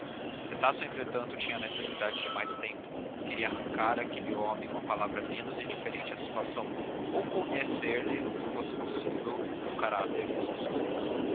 estácio entretanto tinha necessidade de mais tempo queria arrancar àquele homem uma palavra menos indiferente à situação ou conhecer lhe se fosse possível o caráter e os costumes